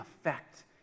effect